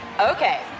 Okay